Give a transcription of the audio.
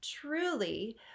truly